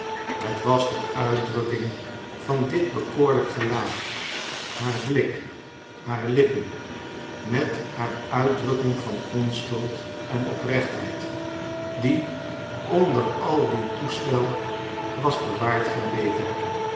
het was de uitdrukking van dit bekoorlijk gelaat haar blik haar lippen met haar uitdrukking van onschuld en oprechtheid die onder al dien toestel was bewaard gebleven